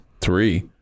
three